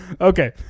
Okay